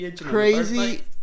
crazy